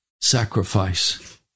sacrifice